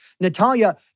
Natalia